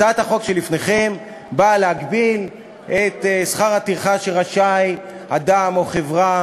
הצעת החוק שלפניכם באה להגביל את שכר הטרחה שאדם או חברה